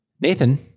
Nathan